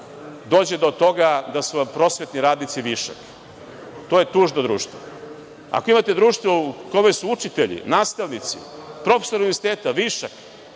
dođe do toga da su vam prosvetni radnici višak. To je tužno društvo. Ako imate društvo u kome su učitelji, nastavnici, profesori univerziteta višak,